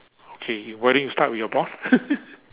okay you why don't you start with your boss